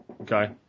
Okay